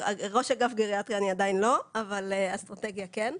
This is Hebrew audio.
ראש אגף גריאטריה אני עדיין לא, אבל אסטרטגיה כן.